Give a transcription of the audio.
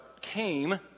came